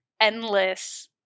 endless